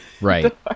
Right